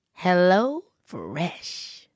HelloFresh